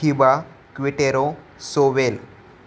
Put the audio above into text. हिबा क्विटेरो सोवेल